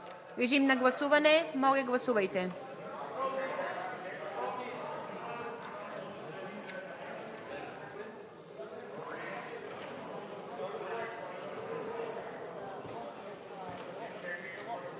Режим на гласуване. Моля, гласувайте.